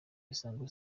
isango